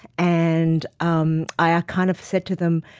and um i ah kind of said to them,